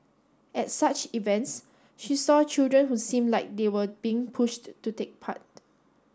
at such events she saw children who seemed like they were being pushed to take part